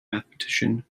mathematician